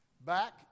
Back